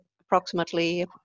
approximately